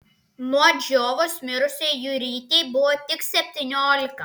nuo džiovos mirusiai jurytei buvo tik septyniolika